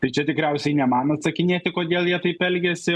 ir čia tikriausiai ne man atsakinėti kodėl jie taip elgiasi